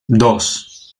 dos